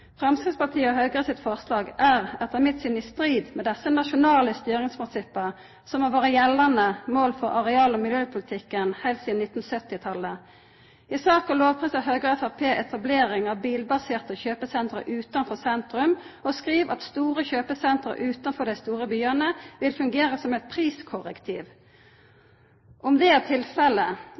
Framstegspartiet og Høgre sitt forslag er etter mitt syn i strid med desse nasjonale styringsprinsippa, som har vore gjeldande mål for areal- og miljøpolitikken heilt sidan 1970-talet. I saka lovprisar Høgre og Framstegspartiet etablering av bilbaserte kjøpesenter utanfor sentrum, og skriv at store kjøpesenter utanfor dei store byane vil fungera som eit «priskorrektiv». Om det er tilfellet,